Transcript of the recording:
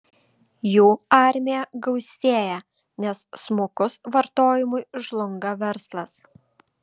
jų armija gausėja nes smukus vartojimui žlunga verslas